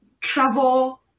travel